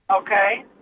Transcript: Okay